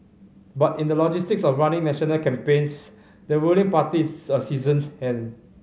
but in the logistics of running national campaigns the ruling party is a seasoned hand